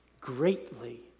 greatly